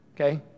Okay